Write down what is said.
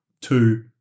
two